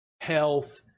health